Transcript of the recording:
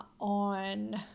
on